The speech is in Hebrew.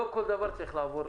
לא כל דבר צריך לעבור.